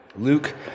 Luke